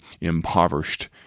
impoverished